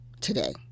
today